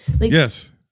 Yes